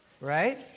Right